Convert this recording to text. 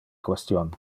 question